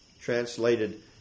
translated